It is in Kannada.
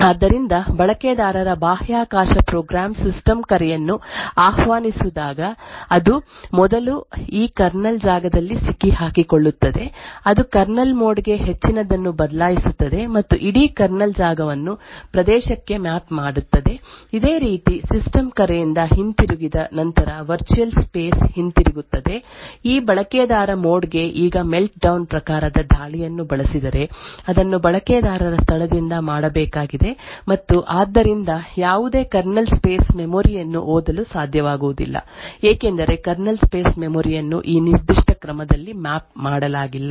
ಆದ್ದರಿಂದ ಬಳಕೆದಾರರ ಬಾಹ್ಯಾಕಾಶ ಪ್ರೋಗ್ರಾಂ ಸಿಸ್ಟಮ್ ಕರೆಯನ್ನು ಆಹ್ವಾನಿಸಿದಾಗ ಅದು ಮೊದಲು ಈ ಕರ್ನಲ್ ಜಾಗದಲ್ಲಿ ಸಿಕ್ಕಿಹಾಕಿಕೊಳ್ಳುತ್ತದೆ ಅದು ಕರ್ನಲ್ ಮೋಡ್ ಗೆ ಹೆಚ್ಚಿನದನ್ನು ಬದಲಾಯಿಸುತ್ತದೆ ಮತ್ತು ಇಡೀ ಕರ್ನಲ್ ಜಾಗವನ್ನು ಪ್ರದೇಶಕ್ಕೆ ಮ್ಯಾಪ್ ಮಾಡುತ್ತದೆ ಅದೇ ರೀತಿ ಸಿಸ್ಟಮ್ ಕರೆಯಿಂದ ಹಿಂತಿರುಗಿದ ನಂತರ ವರ್ಚುಯಲ್ ಸ್ಪೇಸ್ ಹಿಂತಿರುಗುತ್ತದೆ ಈ ಬಳಕೆದಾರ ಮೋಡ್ ಗೆ ಈಗ ಮೆಲ್ಟ್ಡೌನ್ ಪ್ರಕಾರದ ದಾಳಿಯನ್ನು ಬಳಸಿದರೆ ಅದನ್ನು ಬಳಕೆದಾರರ ಸ್ಥಳದಿಂದ ಮಾಡಬೇಕಾಗಿದೆ ಮತ್ತು ಆದ್ದರಿಂದ ಯಾವುದೇ ಕರ್ನಲ್ ಸ್ಪೇಸ್ ಮೆಮೊರಿ ಯನ್ನು ಓದಲು ಸಾಧ್ಯವಾಗುವುದಿಲ್ಲ ಏಕೆಂದರೆ ಕರ್ನಲ್ ಸ್ಪೇಸ್ ಮೆಮೊರಿ ಯನ್ನು ಈ ನಿರ್ದಿಷ್ಟ ಕ್ರಮದಲ್ಲಿ ಮ್ಯಾಪ್ ಮಾಡಲಾಗಿಲ್ಲ